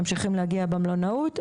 ממשיכים להגיע במלונאות.